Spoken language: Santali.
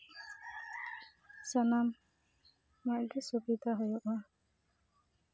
ᱟᱨ ᱥᱟᱱᱟᱢᱟᱜ ᱜᱮ ᱥᱩᱵᱤᱫᱟ ᱦᱳᱭᱳᱳᱜᱼᱟ